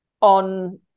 on